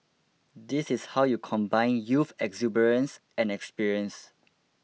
this is how you combine youth exuberance and experience